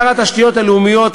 שר התשתיות הלאומיות,